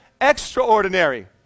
extraordinary